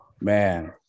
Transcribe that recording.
man